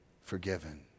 forgiven